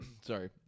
sorry